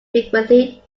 frequently